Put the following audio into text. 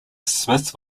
smith